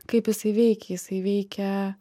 kaip jisai veikia jisai veikia